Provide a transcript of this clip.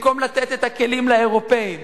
במקום לתת את הכלים לאירופים.